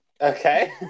Okay